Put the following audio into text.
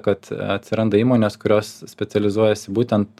kad atsiranda įmonės kurios specializuojas į būtent